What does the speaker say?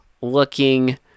looking